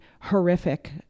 horrific